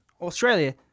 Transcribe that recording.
Australia